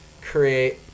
create